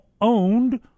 owned